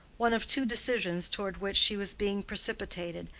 one of two decisions toward which she was being precipitated,